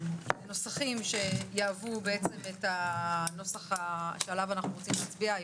לנוסחים שיהוו את הנוסח שעליו אנחנו רוצים להצביע היום.